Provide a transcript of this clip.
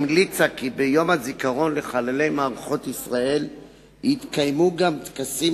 המליצה כי ביום הזיכרון לחללי מערכות ישראל יתקיימו גם טקסים